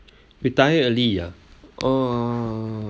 retired earlier ah uh